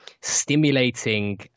stimulating